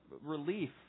relief